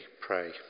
pray